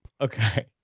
okay